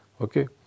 Okay